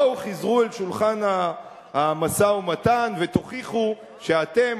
בואו חזרו אל שולחן המשא-ומתן ותוכיחו שאתם,